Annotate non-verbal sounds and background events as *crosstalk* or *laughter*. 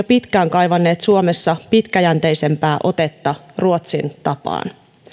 *unintelligible* pitkään kaivanneet suomessa pitkäjänteisempää otetta ruotsin tapaan